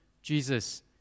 Jesus